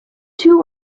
two